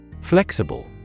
Flexible